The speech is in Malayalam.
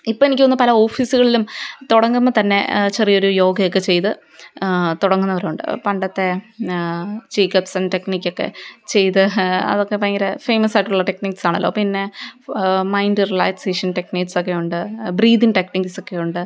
ഇപ്പോഴെനിക്കു തോന്നുന്നു പല ഓഫീസുകളിലും തുടങ്ങുമ്പോള്ത്തന്നെ ചെറിയൊരു യോഗയൊക്കെ ചെയ്ത് തുടങ്ങുന്നവരുണ്ട് പണ്ടത്തെ ചേക്കപ്പ്ന്സ് ടെക്നിക്കൊക്കെ ചെയ്ത് അതൊക്കെ ഭയങ്കര ഫേമസായിട്ടുള്ള ടെക്നിക്സാണല്ലോ പിന്നെ മൈൻഡ് റിലാക്സേഷൻ ടെക്നീക്സൊക്കെ ഉണ്ട് ബ്രീത്തിങ്ങ് ടെക്നീക്സൊക്കെ ഉണ്ട്